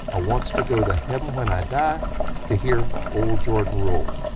ah wants to go to heaven when i die to hear ole jordan roll.